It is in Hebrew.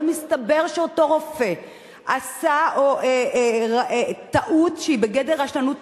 ומסתבר שאותו רופא עשה טעות שהיא בגדר רשלנות פושעת,